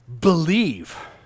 Believe